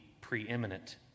preeminent